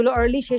early